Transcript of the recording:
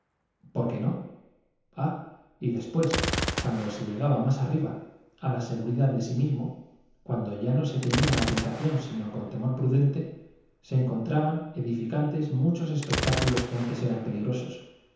por qué no ah y después cuando se llegaba más arriba a la seguridad de sí mismo cuando ya no se temía la tentación sino con temor prudente se encontraban edificantes muchos espectáculos que antes eran peligrosos